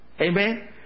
Amen